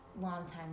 longtime